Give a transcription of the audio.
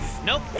Nope